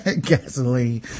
Gasoline